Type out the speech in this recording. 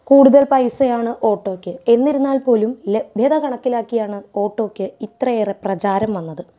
കൂടുതൽ പൈസയാണ് ഓട്ടോക്ക് എന്നിരുന്നാൽ പോലും ലഭ്യത കണക്കിലാക്കിയാണ് ഓട്ടോയ്ക്ക് ഇത്ര ഏറെ പ്രചാരം വന്നത്